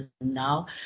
now